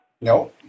No